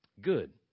good